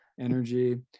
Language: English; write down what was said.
energy